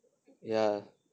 yeah